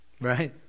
Right